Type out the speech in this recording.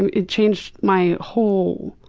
and it changed my whole